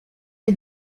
est